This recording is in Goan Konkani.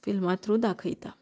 फिल्मा थ्रू दाखयता